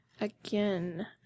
again